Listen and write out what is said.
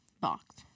box